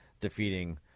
defeating